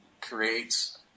creates